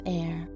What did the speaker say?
air